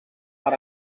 per